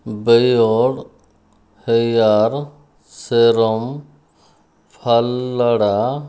beard hair serum ଫାଲଡ଼ା